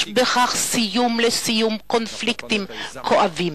יש בכך סיכוי לסיום קונפליקטים כואבים.